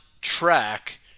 track